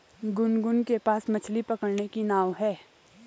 गुनगुन के पास मछ्ली पकड़ने की नाव है